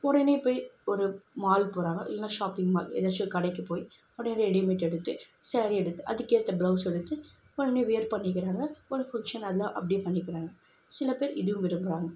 உடனே போய் ஒரு மால் போகிறாங்க இல்லைன்னா ஷாப்பிங் மால் ஏதாச்சும் ஒரு கடைக்கு போய் உடனே ரெடிமேட் எடுத்து ஸேரீ எடுத்து அதுக்கேற்ற ப்ளவுஸ் எடுத்து உடனே வியர் பண்ணிக்கிறாங்க புடிச்சதுனால அப்படியே பண்ணிக்கிறாங்க சில பேர் இதுவும் விரும்புகிறாங்க